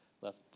left